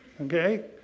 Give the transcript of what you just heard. okay